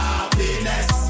Happiness